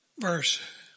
verse